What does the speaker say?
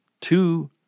two